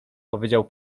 powiedział